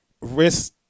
risk